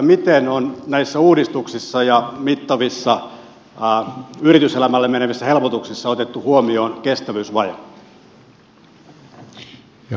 miten on näissä uudistuksissa ja mittavissa yrityselämälle menevissä helpotuksissa otettu huomioon kestävyysvaje